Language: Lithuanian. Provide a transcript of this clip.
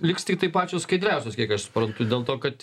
liks tiktai pačios skaidriausios kiek aš suprantu dėl to kad